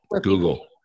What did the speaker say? Google